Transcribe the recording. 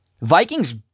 Vikings